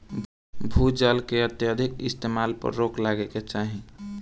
भू जल के अत्यधिक इस्तेमाल पर रोक लागे के चाही